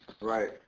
Right